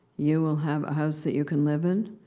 you will have a house that you can live in.